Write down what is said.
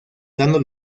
dando